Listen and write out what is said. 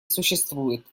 существует